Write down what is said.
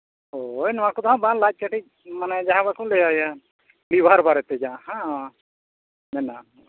ᱦᱳᱭ ᱱᱚᱣᱟ ᱠᱚᱫᱚᱦᱟᱸᱜ ᱵᱟᱝ ᱞᱟᱡ ᱠᱟᱹᱴᱤᱡ ᱢᱟᱱᱮ ᱡᱟᱦᱟᱸ ᱵᱟᱠᱚ ᱞᱟᱹᱭᱟ ᱞᱤᱵᱷᱟᱨ ᱵᱟᱨᱮᱛᱮ ᱡᱟᱦᱟᱸ ᱢᱮᱱᱟᱜ